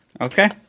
Okay